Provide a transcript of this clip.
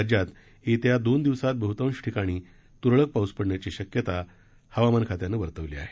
राज्यात येत्या दोन दिवसात बहृतांश ठिकाणी त्रळक पाऊस पडण्याची शक्यता हवामान खात्यानं वर्तवली आहे